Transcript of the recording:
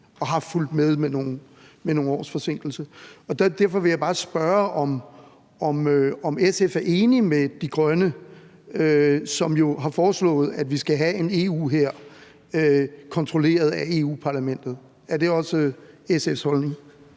og har fulgt med med nogle års forsinkelse. Derfor vil jeg bare spørge, om SF er enig med De Grønne, som jo har foreslået, at vi skal have en EU-hær, kontrolleret af Europa-Parlamentet. Er det også SF's holdning?